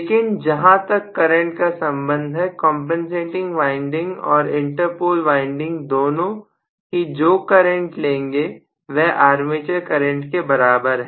लेकिन जहां तक करंट का संबंध है कंपनसेटिंग वाइंडिंग और इंटर पोल वाइंडिंग दोनों ही जो करंट लेंगे वह आर्मेचर करंट के बराबर है